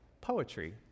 poetry